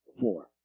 four